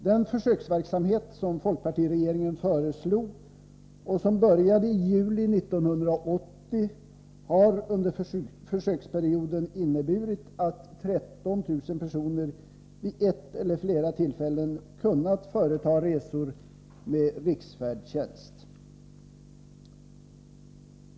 Den försöksverksamhet som folkpartiregeringen föreslog och som började i juli 1980 har under försöksperioden inneburit att 13 000 personer vid ett eller flera tillfällen kunnat företaga resor med riksfärdtjänst.